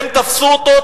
אבל הם תפסו אותו,